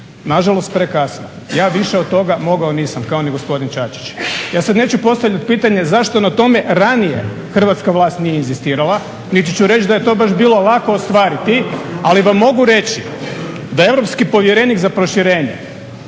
nažalost prekasno. Ja više od toga mogao nisam kao ni gospodin Čačić. Ja sad neću postavljat pitanje zašto na tome ranije hrvatska vlast nije inzistirala niti ću reći da je to baš bilo lako ostvariti, ali vam mogu reći da europski povjerenik za proširenje,